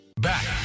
back